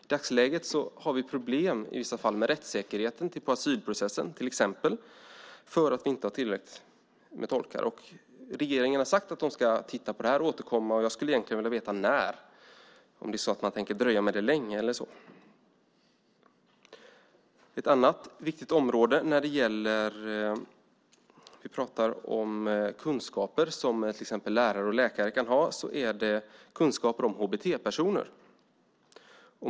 I dagsläget är det i vissa fall problem med rättssäkerheten i till exempel asylprocessen eftersom det inte finns tillräckligt många tolkar. Regeringen har sagt att man ska titta på det här och återkomma. Jag skulle vilja veta när, om man tänker dröja länge med det. Ett annat viktigt område gäller kunskaper som till exempel lärare och läkare kan ha, och det är kunskaper om HBT-personer.